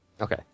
Okay